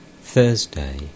Thursday